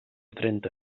trenta